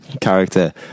character